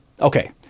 okay